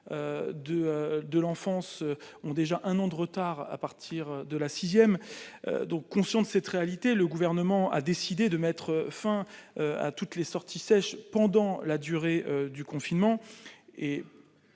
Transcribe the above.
de l'enfance ont déjà un an de retard à partir de la 6ème, donc conscients de cette réalité, le gouvernement a décidé de mettre fin à toutes les sorties sèches pendant la durée du confinement